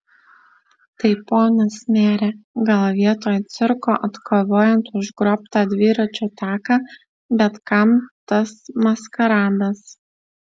tai ponas mere gal vietoj cirko atkovojant užgrobtą dviračių taką bet kam tas maskaradas